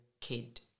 kid